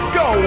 go